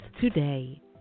today